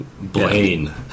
Blaine